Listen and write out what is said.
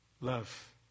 love